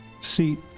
seat